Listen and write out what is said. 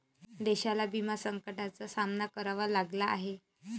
देशाला विमा संकटाचा सामना करावा लागला आहे